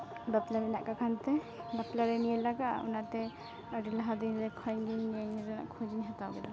ᱵᱟᱯᱞᱟ ᱨᱮᱱᱟᱜ ᱵᱟᱯᱞᱟ ᱨᱮ ᱱᱤᱭᱟᱹ ᱞᱟᱜᱟᱜᱼᱟ ᱚᱱᱟᱛᱮ ᱟᱹᱰᱤ ᱫᱤᱱ ᱠᱷᱚᱡ ᱤᱧ ᱠᱷᱚᱡᱽ ᱤᱧ ᱦᱟᱛᱟᱣ ᱠᱮᱫᱟ